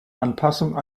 anpassung